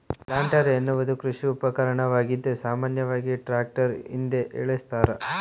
planter ಎನ್ನುವುದು ಕೃಷಿ ಉಪಕರಣವಾಗಿದ್ದು ಸಾಮಾನ್ಯವಾಗಿ ಟ್ರಾಕ್ಟರ್ನ ಹಿಂದೆ ಏಳಸ್ತರ